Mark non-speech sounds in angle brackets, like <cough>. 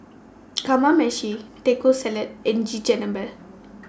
<noise> Kamameshi Taco Salad and Chigenabe